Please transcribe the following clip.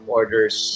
orders